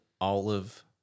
olive